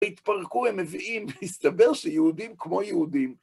והתפרקו, הם מביאים, והסתבר שיהודים כמו יהודים.